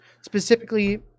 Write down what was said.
specifically